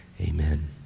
Amen